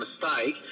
mistake